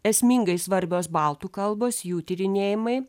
esmingai svarbios baltų kalbos jų tyrinėjimai